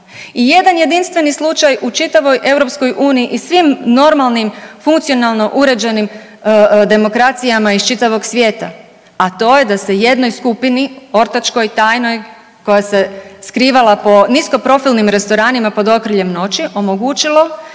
I jedan jedinstveni slučaj u čitavoj EU i svim normalnim funkcionalno uređenim demokracijama iz čitavog svijeta, a to je da se jednoj skupini ortačkoj tajnoj, koja se skrivala po niskoprofilnim restoranima pod okriljem noći omogućilo da